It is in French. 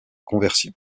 conversion